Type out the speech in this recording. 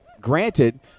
granted